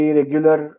regular